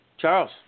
Charles